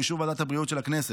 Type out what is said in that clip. באישור ועדת הבריאות של הכנסת,